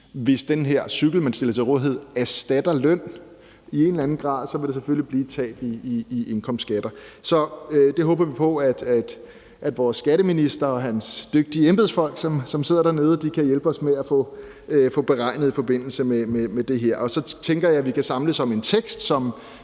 hvis den her cykel, man stiller til rådighed, erstatter løn i en eller anden grad, selvfølgelig blive et tab i indkomstskatter. Så det håber vi på at vores skatteminister og hans dygtige embedsfolk, som sidder dernede, kan hjælpe os med at få beregnet i forbindelse med det her. Så tænker jeg, at vi kan samles om en tekst, som